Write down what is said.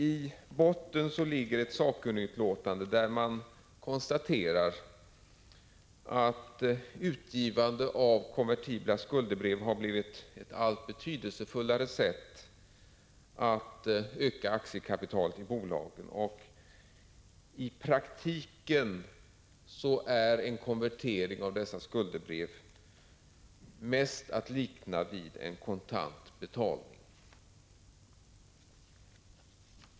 I botten ligger ett sakkunnigutlåtande där man konstaterar att utgivande av konvertibla skuldebrev har blivit ett allt betydelsefullare sätt att öka aktiekapitalet i bolagen. I praktiken är en konvertering av dessa skuldebrev mest att likna vid en kontant betalning.